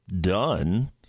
done